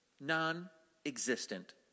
non-existent